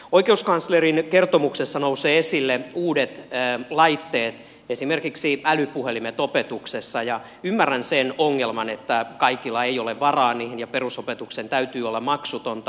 oikeuskanslerin kertomuksessa nousevat esille uudet laitteet esimerkiksi älypuhelimet opetuksessa ja ymmärrän sen ongelman että kaikilla ei ole varaa niihin ja perusopetuksen täytyy olla maksutonta